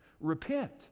repent